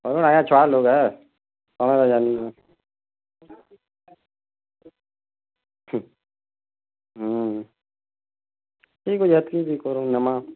ହଉ ଆଜ୍ଞା ଛୁଆ ଲୋକ୍ ଆଏ ଠିକ୍ ଠିକ୍ ଅଛେ ଏତ୍କି ଏତ୍କି କରିନେମା